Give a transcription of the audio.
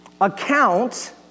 account